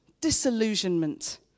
disillusionment